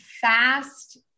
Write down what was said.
fast